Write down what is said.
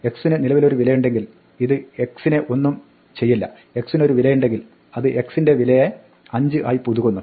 x ന് നിലവിലൊരു വിലയുണ്ടെങ്കിൽ ഇത് x നെ ഒന്നും ചെയ്യില്ല x ന് ഒരു വിലയുണ്ടെങ്കിൽ അത് x ന്റെ വിലയെ 5 ആയി പുതുക്കുന്നു